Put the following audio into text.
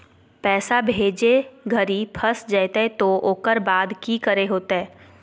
पैसा भेजे घरी फस जयते तो ओकर बाद की करे होते?